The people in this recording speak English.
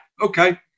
okay